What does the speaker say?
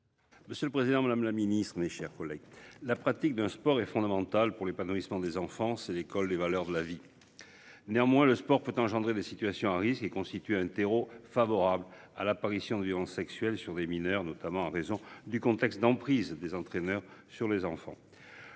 Monsieur le Président Madame la Ministre, mes chers collègues, la pratique d'un sport est fondamentale pour l'épanouissement des enfants c'est l'école des valeurs de la vie. Néanmoins, le sport peut engendrer des situations à risques et constituent un terreau favorable à l'apparition de violences sexuelles sur des mineurs, notamment en raison du contexte d'emprise des entraîneurs sur les enfants.